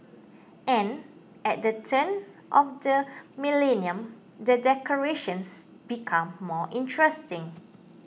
and at the turn of the millennium the decorations became more interesting